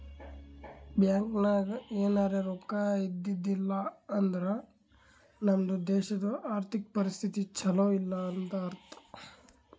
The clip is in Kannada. ಬ್ಯಾಂಕ್ ನಾಗ್ ಎನಾರೇ ರೊಕ್ಕಾ ಇದ್ದಿದ್ದಿಲ್ಲ ಅಂದುರ್ ನಮ್ದು ದೇಶದು ಆರ್ಥಿಕ್ ಪರಿಸ್ಥಿತಿ ಛಲೋ ಇಲ್ಲ ಅಂತ ಅರ್ಥ